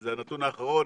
זה הנתון האחרון,